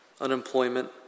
unemployment